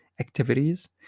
activities